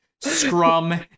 Scrum